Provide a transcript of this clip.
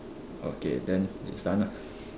okay then it's done ah